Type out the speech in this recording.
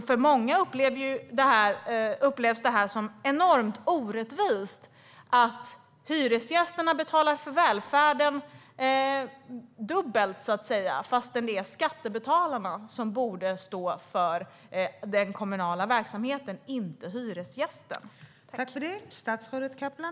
För många upplevs det som enormt orättvist att hyresgästerna betalar dubbelt för välfärden när det är skattebetalarna som borde stå för den kommunala verksamheten, inte hyresgästen.